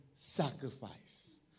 sacrifice